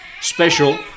special